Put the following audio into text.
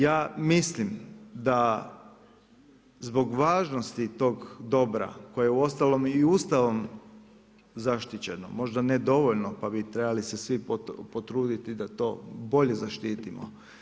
Ja mislim da zbog važnosti tog dobra koji uostalom i Ustavom zaštićeno, možda ne dovoljno, pa bi trebali se svi potruditi da to bolje zaštitimo.